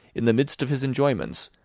in the midst of his enjoyments,